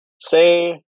say